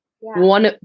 One